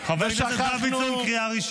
גם זה יאיר לפיד?